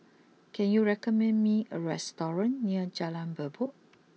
can you recommend me a restaurant near Jalan Merbok